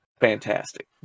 fantastic